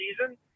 season